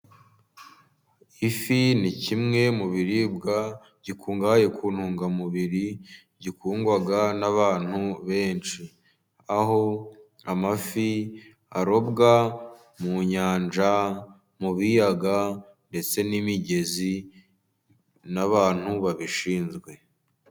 Ifi ni kimwe mu biribwa, giikungahaye ku ntungamubiri, gikundwa n'abantu benshi, aho amafi arobwa mu nyanja, mu biyaga ndetse n'imigezi, n'abantu babishinzwe.